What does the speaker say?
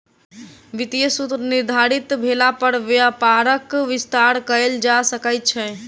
वित्तीय सूत्र निर्धारित भेला पर व्यापारक विस्तार कयल जा सकै छै